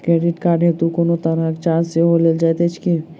Credit card हेतु कोनो तरहक चार्ज सेहो लेल जाइत अछि की?